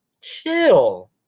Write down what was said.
chill